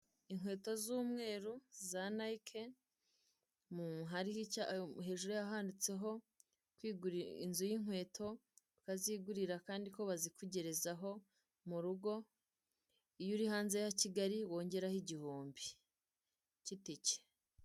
Inkweto z'umweru za nayike, hejuru yaho handitseho inzu y'inkweto, ukazigurira kandi ko bizikugerezaho mu rugo, iyo uri hanze ya kigali wongeraho igihumbi cy'itiki.